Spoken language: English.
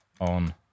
On